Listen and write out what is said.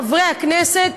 חברי הכנסת,